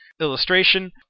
illustration